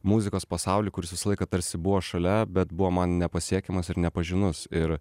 muzikos pasaulį kuris visą laiką tarsi buvo šalia bet buvo man nepasiekiamas ir nepažinus ir